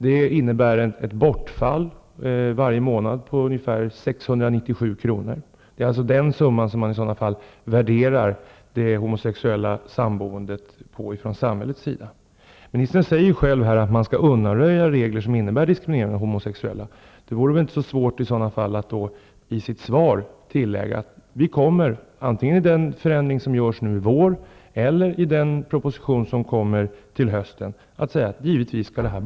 Det innebär ett inkomstbortfall varje månad på ca 697 kr., vilket är den summa som samhället värderar det homosexuella samboendet till. Ministern sade att man skall undanröja regler som innebär diskriminering av homosexuella. Då hade det väl inte varit så svårt för ministern att i sitt svar kunna tillägga att -- antingen genom den förändring som skall företas i vår eller i den proposition som kommer till hösten -- denna diskriminering givetvis skall tas bort.